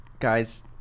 guys